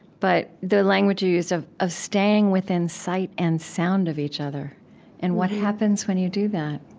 but the language you used, of of staying within sight and sound of each other and what happens when you do that